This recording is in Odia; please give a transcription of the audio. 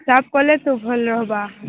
ସାଫ୍ କଲେ ତ ଭଲ ହବା